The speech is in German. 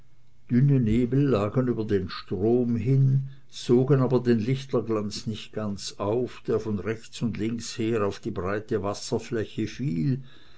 dünne nebel lagen über den strom hin sogen aber den lichterglanz nicht ganz auf der von rechts und links her auf die breite wasserfläche fiel